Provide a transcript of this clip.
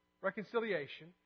reconciliation